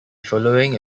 following